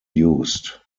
used